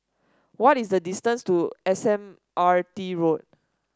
what is the distance to S M R T Road